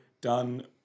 Done